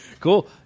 Cool